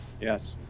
Yes